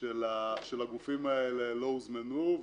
של הגופים האלה לא הוזמנו.